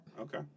Okay